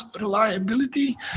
reliability